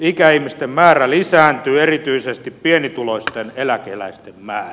ikäihmisten määrä lisääntyy erityisesti pienituloisten eläkeläisten määrä